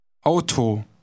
Auto